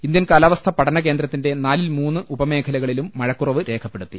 Indian കാലാവസ്ഥ പഠന കേന്ദ്രത്തിന്റെ നാലിൽ മൂന്ന് ഉപമേഖലകളിലും മഴക്കുറവ് രേഖപ്പെടുത്തി